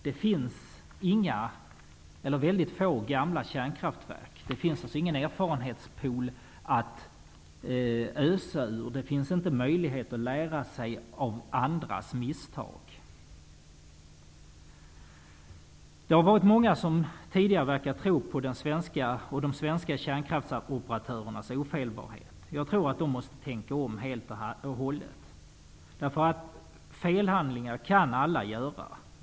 Det finns få gamla kärnkraftverk, och det finns alltså ingen erfarenhetspool att ösa ur. Det finns inte möjlighet att lära sig av andras misstag. Det har funnits många som tidigare har trott på de svenska kärnkraftsoperatörernas ofelbarhet. Jag tror att de måste tänka om helt och hållet. Alla kan handla fel.